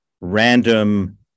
random